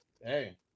Hey